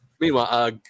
Meanwhile